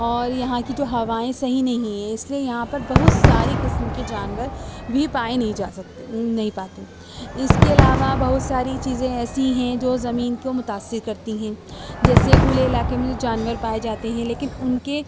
اور یہاں کی جو ہوائیں صحیح نہیں ہیں اس لیے یہاں پر بہت ساری قسم کی جانور بھی پائے نہیں جا سکتے نہیں پاتے اس کے علاوہ بہت ساری چیزیں ایسی ہیں جو زمین کو متاثر کرتی ہیں جیسے کھلے علاقے میں جو جانور پائے جاتے ہیں لیکن ان کے